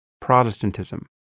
Protestantism